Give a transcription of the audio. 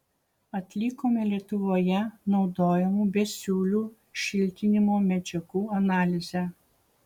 atlikome lietuvoje naudojamų besiūlių šiltinimo medžiagų analizę